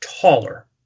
taller